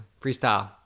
freestyle